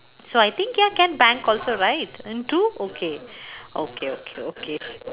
so I think ya can bank also right into okay okay okay okay